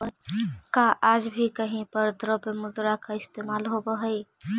का आज भी कहीं पर द्रव्य मुद्रा का इस्तेमाल होवअ हई?